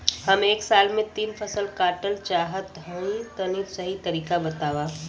हम एक साल में तीन फसल काटल चाहत हइं तनि सही तरीका बतावा?